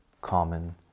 common